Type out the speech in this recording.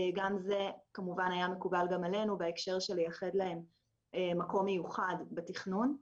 גם זה כמובן היה מקובל גם עלינו בהקשר של ייחד להם מקום מיוחד בתכנון.